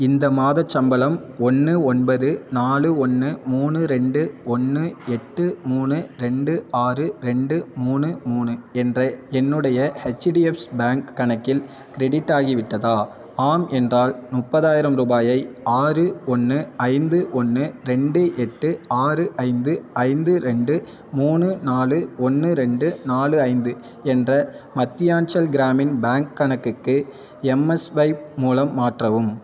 இந்த மாதச் சம்பளம் ஒன்று ஒன்பது நாலு ஒன்று மூணு ரெண்டு ஒன்று எட்டு மூணு ரெண்டு ஆறு ரெண்டு மூணு மூணு என்ற என்னுடைய ஹெச்டிஎஃப்ஸ் பேங்க் கணக்கில் க்ரெடிட் ஆகிவிட்டதா ஆம் என்றால் முப்பதாயிரம் ரூபாயை ஆறு ஒன்று ஐந்து ஒன்று ரெண்டு எட்டு ஆறு ஐந்து ஐந்து ரெண்டு மூணு நாலு ஒன்று ரெண்டு நாலு ஐந்து என்ற மத்தியான்ச்சல் க்ராமின் பேங்க் கணக்குக்கு எம்ஸ்வைப் மூலம் மாற்றவும்